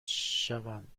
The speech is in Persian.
شوند